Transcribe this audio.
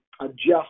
adjust